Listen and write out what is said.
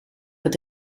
het